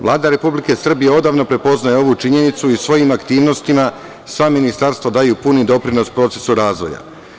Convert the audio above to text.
Vlada Republike Srbije odavno prepoznaje ovu činjenicu i svojim aktivnostima sva ministarstva daju puni doprinos procesu razvoja.